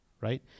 right